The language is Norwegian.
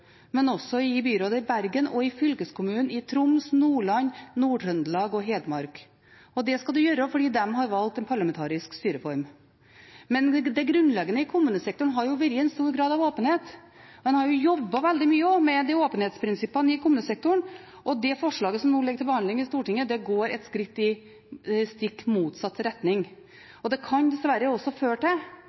men også i byrådet i Bergen og i fylkeskommunene i Troms, Nordland, Nord-Trøndelag og Hedmark, og det skal en gjøre fordi de har valgt en parlamentarisk styreform. Men det grunnleggende i kommunesektoren har jo vært en stor grad av åpenhet. En har også jobbet veldig mye med disse åpenhetsprinsippene i kommunesektoren, og det forslaget som nå ligger til behandling i Stortinget, går et skritt i stikk motsatt retning. Det kan dessverre føre til